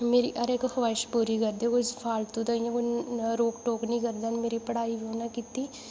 मेरी हर इक खुआइश पूरी करदे फालतू दा इ'यां रोक टोक करदे न मेरी पढ़ाई उ'नें कीती